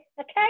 okay